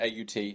AUT